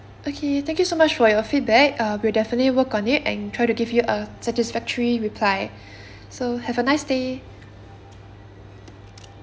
okay thank you so much for your feedback err we'll definitely work on it and try to give you a satisfactory reply so have a nice day